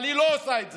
אבל היא לא עושה את זה.